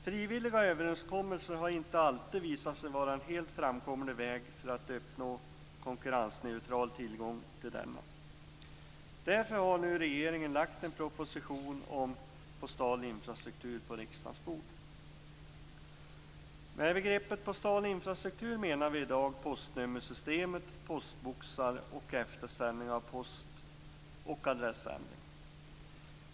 Frivilliga överenskommelser har inte alltid visat sig vara en helt framkomlig väg för att uppnå konkurrensneutral tillgång till denna infrastruktur. Därför har regeringen nu lagt en proposition om postal infrastruktur på riksdagens bord. Med begreppet postal infrastruktur menar vi i dag postnummersystemet, postboxar, eftersändning av post och adressändringar.